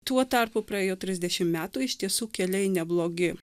tuo tarpu praėjo trisdešim metų iš tiesų keliai neblogi